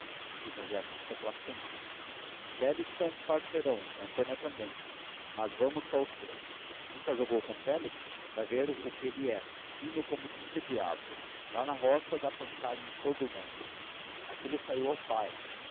fiz um gesto de complacência félix é um parceirão e nhãtônia também mas vamos só os três nunca jogou com o félix vai ver o que ele é fino como trinta diabos lá na roga dá pancada em todo mundo aquilo sai ao pai